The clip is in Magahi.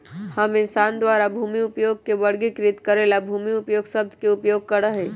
हम इंसान द्वारा भूमि उपयोग के वर्गीकृत करे ला भूमि उपयोग शब्द के उपयोग करा हई